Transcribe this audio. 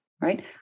right